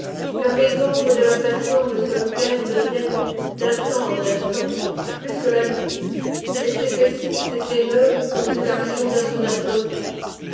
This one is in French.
car les ombres de la plate-forme solitaire deviennent d'instant en instant plus solennelles elles s'épaississent et s'émeuvent comme sous l'action d'un soudain prodige